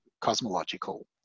cosmological